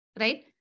Right